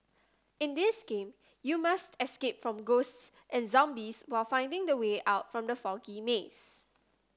in this game you must escape from ghosts and zombies while finding the way out from the foggy maze